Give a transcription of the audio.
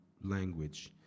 language